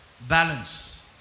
balance